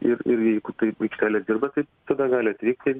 ir ir jeigu taip aikštelė dirba taip tada gali atvykti